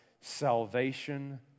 salvation